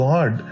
God